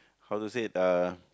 how to say it uh